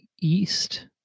east